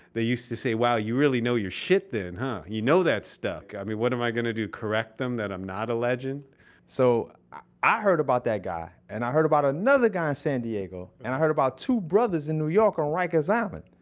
they used to say, wow, you really know your shit then, huh? you know that stuck. i mean, what am i going to do? correct them that i'm not a legend so i heard about that guy and i heard about another guy in san diego and i heard about two brothers in new york on riker's island.